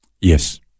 Yes